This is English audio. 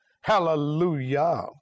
Hallelujah